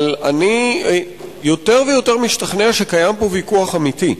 אבל אני יותר ויותר משתכנע שקיים פה ויכוח אמיתי,